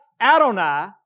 Adonai